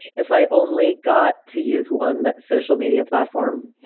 if i only got to use one social media platform? yeah.